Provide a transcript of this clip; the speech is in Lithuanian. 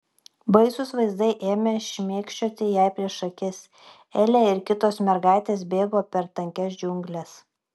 baisūs vaizdai ėmė šmėkščioti jai prieš akis elė ir kitos mergaitės bėgo per tankias džiungles